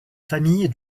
famille